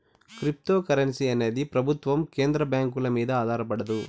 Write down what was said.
cryptocurrency అనేది ప్రభుత్వం కేంద్ర బ్యాంకుల మీద ఆధారపడదు